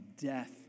death